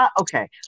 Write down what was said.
okay